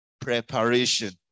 preparation